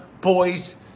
boys